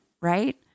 right